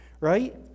right